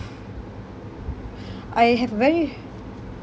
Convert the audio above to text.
I have a very